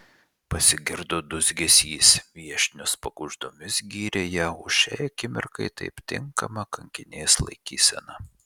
pasigirdo dūzgesys viešnios pakuždomis gyrė ją už šiai akimirkai taip tinkamą kankinės laikyseną